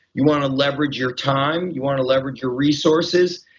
you want to leverage your time, you want to leverage your resources.